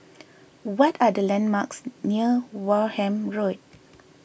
what are the landmarks near Wareham Road